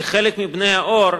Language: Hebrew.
שחלק מבני-האור,